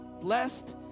blessed